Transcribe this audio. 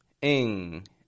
ing